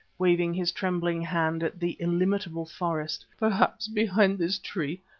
waving his trembling hand at the illimitable forest. perhaps behind this tree,